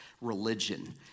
religion